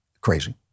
crazy